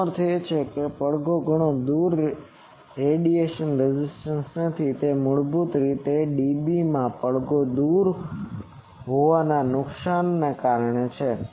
તેનો અર્થ એ કે પડઘોથી દૂર કોઈ રેડિયેશન રેઝિસ્ટન્સ નથી તેથી તે મૂળભૂત રીતે dBમાં પડઘો દૂર હોવાના નુકસાનને કારણે છે